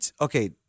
okay